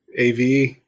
AV